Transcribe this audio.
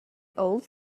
old